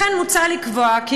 לכן מוצע לקבוע כי,